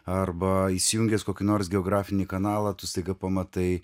arba įsijungęs kokį nors geografinį kanalą tu staiga pamatai